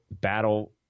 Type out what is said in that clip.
battle